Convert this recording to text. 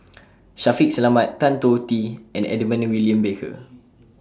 Shaffiq Selamat Tan Tee and Edmund William Barker